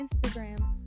instagram